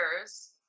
years